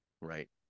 right